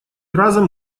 разом